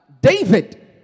David